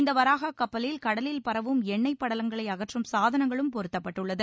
இந்த வராஹா கப்பலில் கடலில் பரவும் எண்ணெய்ப் படலங்களை அகற்றும் சாதனங்களும் பொருத்தப்பட்டுள்ளது